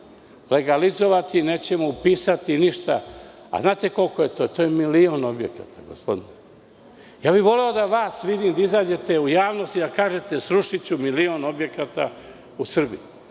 legalizovati, nećemo upisati ništa, a znate koliko je to, to je milion objekata gospodine. Voleo bih da vas vidim da izađete u javnosti i da kažete - srušiću milion objekata u Srbiji.